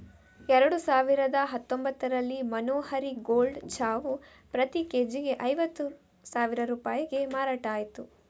ಎರಡು ಸಾವಿರದ ಹತ್ತೊಂಭತ್ತರಲ್ಲಿ ಮನೋಹರಿ ಗೋಲ್ಡ್ ಚಾವು ಪ್ರತಿ ಕೆ.ಜಿಗೆ ಐವತ್ತು ಸಾವಿರ ರೂಪಾಯಿಗೆ ಮಾರಾಟ ಆಯ್ತು